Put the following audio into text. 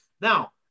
Now